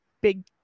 big